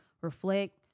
reflect